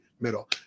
middle